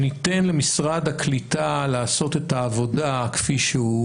שניתן למשרד הקליטה לעשות את העבודה כפי שהיא,